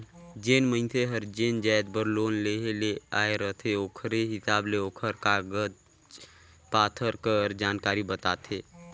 जेन मइनसे हर जेन जाएत बर लोन लेहे ले आए रहथे ओकरे हिसाब ले ओकर कागज पाथर कर जानकारी बताथे